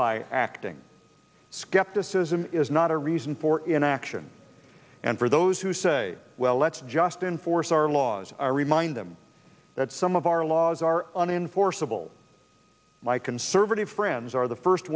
by acting skepticism is not a reason for inaction and for those who say well let's just enforce our laws i remind them that some of our laws are on in forcible my conservative friends are the first